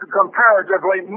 comparatively